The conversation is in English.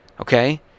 Okay